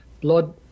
Blood